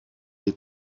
les